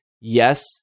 yes